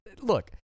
Look